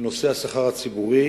לנושא השכר הציבורי